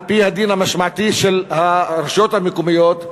על-פי הדין המשמעתי של הרשויות המקומיות,